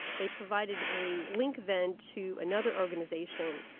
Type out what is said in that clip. they provided a link then to another organisation,